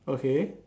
okay